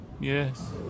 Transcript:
Yes